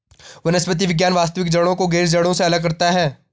वनस्पति विज्ञान वास्तविक जड़ों को गैर जड़ों से अलग करता है